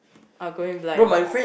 are going blind